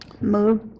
Move